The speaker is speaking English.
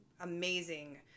amazing